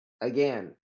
Again